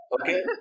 okay